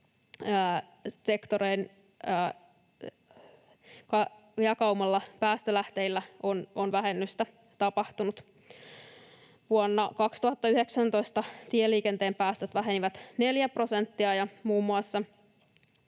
jakaumalla päästölähteillä on vähennystä tapahtunut. Vuonna 2019 tieliikenteen päästöt vähenivät 4 prosenttia, ja muun muassa